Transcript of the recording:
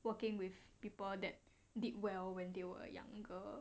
working with people that did well when they were younger